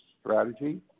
strategy